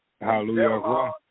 Hallelujah